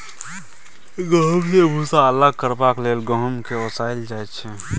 गहुँम सँ भुस्सा अलग करबाक लेल गहुँम केँ ओसाएल जाइ छै